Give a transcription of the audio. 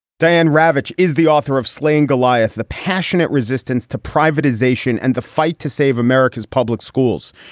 diane ravitch is the author of slaying goliath the passionate resistance to privatization and the fight to save america's public schools.